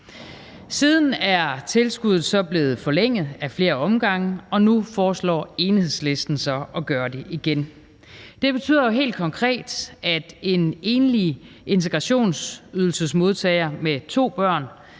Siden er tilskuddet så blevet forlænget ad flere omgange, og nu foreslår Enhedslisten så at gøre det igen. Det betyder jo helt konkret, at en enlig integrationsydelsesmodtager med to børn